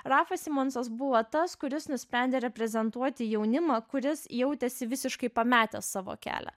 rafas simonsas buvo tas kuris nusprendė reprezentuoti jaunimą kuris jautėsi visiškai pametęs savo kelią